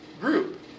group